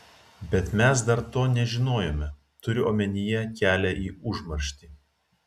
bet mes dar to nežinojome turiu omenyje kelią į užmarštį